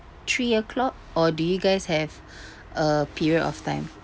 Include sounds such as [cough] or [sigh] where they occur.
three O clock or do you guys have [breath] a period of time